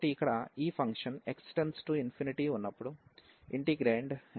కాబట్టి ఇక్కడ ఈ ఫంక్షన్ x→∞ఉన్నప్పుడు ఇంటిగ్రేండ్ x1 13 గా ప్రవర్తిస్తుంది